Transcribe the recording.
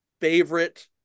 favorite